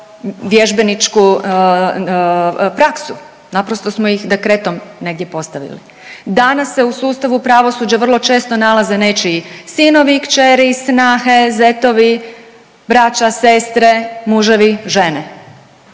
vježbeničku praksu, naprosto smo ih dekretom negdje postavili. Danas se u sustavu pravosuđa vrlo često nalaze nečiji sinovi, kćeri, snahe, zetovi, braća, sestre, muževi, žene.